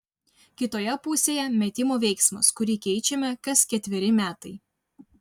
kitoje pusėje metimo veiksmas kurį keičiame kas ketveri metai